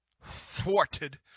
thwarted